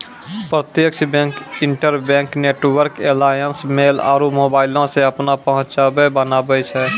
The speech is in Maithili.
प्रत्यक्ष bank, interbank network alliance, mail आरु मोबाइलो से अपनो पहुंच बनाबै छै